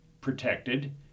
protected